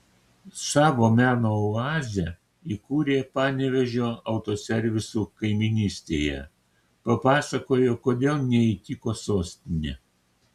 savo meno oazę įkūrė panevėžio autoservisų kaimynystėje papasakojo kodėl neįtiko sostinė